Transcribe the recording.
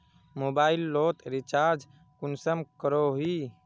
Mobile लोत recharge कुंसम करोही?